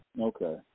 Okay